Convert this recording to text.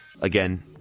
Again